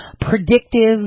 predictive